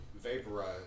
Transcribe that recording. Vaporize